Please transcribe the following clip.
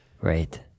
Great